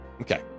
Okay